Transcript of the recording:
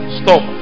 stop